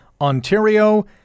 Ontario